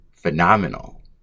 phenomenal